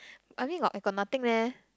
I think I got nothing leh